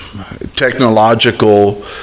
technological